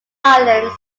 islands